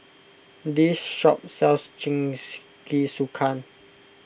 this shop sells Jingisukan